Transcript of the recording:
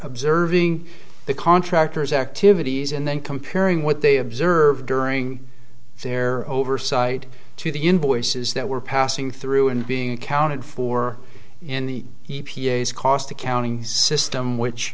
observing the contractors activities and then comparing what they observed during their oversight to the invoices that were passing through and being accounted for in the e p a s cost accounting system which